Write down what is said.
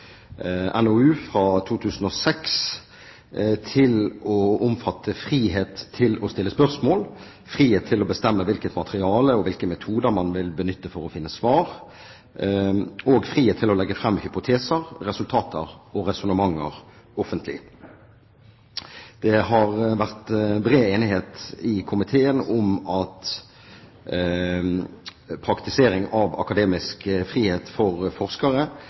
NOU fra 2006 til å omfatte frihet til å stille spørsmål, frihet til å bestemme hvilket materiale og hvilke metoder man vil benytte for å finne svar, og frihet til å legge frem hypoteser, resultater og resonnementer offentlig. Det har vært bred enighet i komiteen om at praktisering av akademisk frihet for forskere